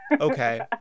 Okay